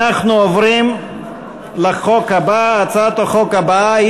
אנחנו עוברים להצעת החוק הבאה,